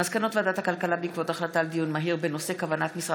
מסקנות ועדת הכלכלה בעקבות דיון מהיר בהצעתה של חברת הכנסת אימאן